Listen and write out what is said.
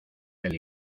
del